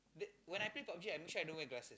th~ when I play PUB-G I make sure I don't wear glasses